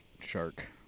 shark